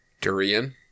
Durian